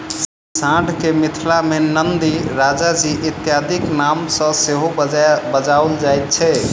साँढ़ के मिथिला मे नंदी, राजाजी इत्यादिक नाम सॅ सेहो बजाओल जाइत छै